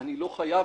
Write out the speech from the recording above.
אני לא חייב,